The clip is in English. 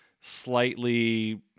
slightly